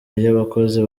y’abakozi